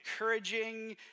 encouraging